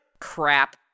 Crap